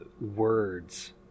words